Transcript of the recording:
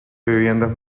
viviendas